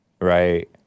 Right